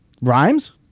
Rhymes